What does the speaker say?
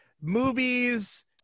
movies